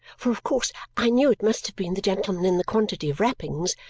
for of course i knew it must have been the gentleman in the quantity of wrappings,